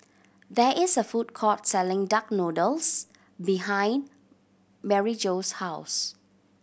there is a food court selling duck noodles behind Maryjo's house